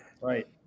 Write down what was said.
Right